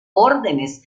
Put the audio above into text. órdenes